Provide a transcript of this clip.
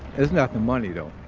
it's not the money though